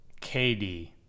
KD